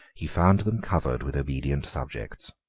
he found them covered with obedient subjects.